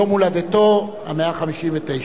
יום הולדתו ה-159.